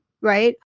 right